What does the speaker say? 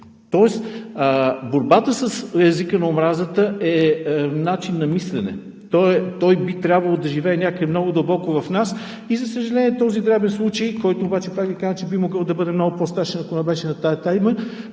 грешки. Борбата с езика на омразата е начин на мислене. Той би трябвало да живее някъде много дълбоко в нас. За съжаление, и този дребен случай, който обаче, пак Ви казвам, че би могъл да бъде много по-страшен, ако не беше на тази тема,